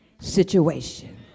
situation